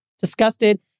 disgusted